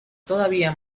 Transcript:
todavía